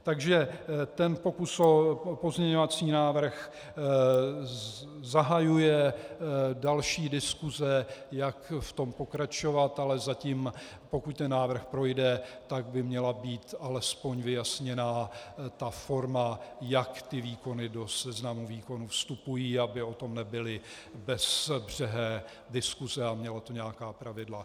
Takže ten pokus o pozměňovací návrh zahajuje další diskuse, jak v tom pokračovat, ale zatím, pokud ten návrh projde, tak by měla být alespoň vyjasněna forma, jak výkony do seznamu výkonů vstupují, aby o tom nebyly bezbřehé diskuse a mělo to nějaká pravidla.